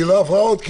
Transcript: היא עוד לא עברה עוד,